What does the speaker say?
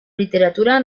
literatura